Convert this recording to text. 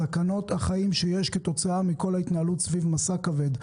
סכנות החיים שיש כתוצאה מכל ההתנהלות סביב משא כבד,